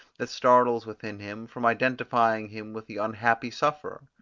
that startles within him, from identifying him with the unhappy sufferer.